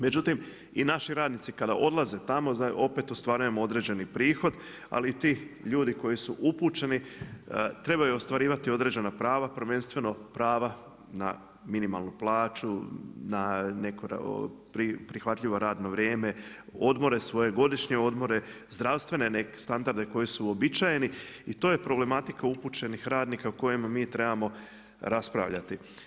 Međutim, i naši radnici kada odlaze tamo opet ostvarujemo određeni prihod, ali ti ljudi koji su upućeni trebaju ostvarivati određena prava, prvenstveno prava na minimalnu plaću, na prihvatljivo rano vrijeme, svoje godišnje odmore, zdravstvene standarde koji su uobičajeni i to je problematika upućenih radnika o kojima mi trebamo raspravljati.